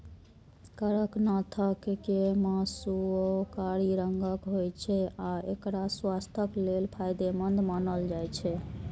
कड़कनाथ के मासुओ कारी रंगक होइ छै आ एकरा स्वास्थ्यक लेल फायदेमंद मानल जाइ छै